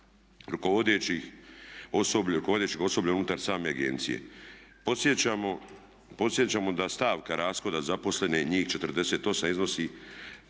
rukovodećeg osoblja unutar same agencije. Podsjećamo da stavka rashoda zaposlenih njih 48 iznosi